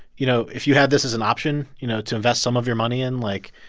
you know, if you had this as an option, you know, to invest some of your money in, like,